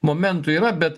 momentų yra bet